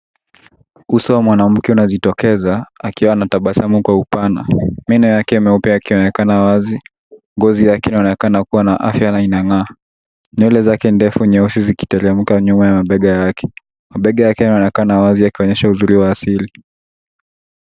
Uso wa mwanamke unajitokeza akiwa anatabasamu kwa upana. Meno yake meupe yakionekana wazi, ngozi yake inaonekana kuwa na afya na inang'aa. Nywele zake ndefu nyeusi zikiteremka nyuma ya mabega yake. Mabega yake yanaonekana wazi yakionyesha uzuri wa asili.